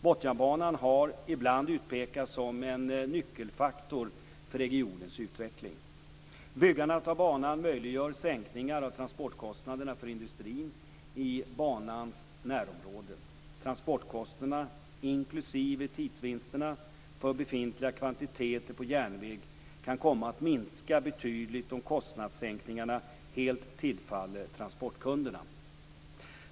Botniabanan har ibland utpekats som en nyckelfaktor för regionens utveckling. Byggandet av banan möjliggör sänkningar av transportkostnaderna för industrin i banans närområde. Transportkostnaderna inklusive tidsvinsterna för befintliga kvantiteter på järnväg kan komma att minska betydligt om kostnadssänkningarna helt tillfaller transportkunderna.